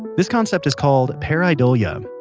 this concept is called pareidolia.